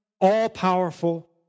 all-powerful